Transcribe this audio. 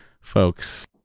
folks